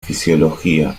fisiología